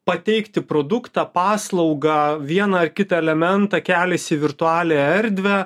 pateikti produktą paslaugą vieną kitą elementą keliasi į virtualiąją erdvę